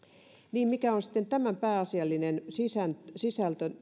niin mikä on sitten tämän esityksen pääasiallinen sisältö sisältö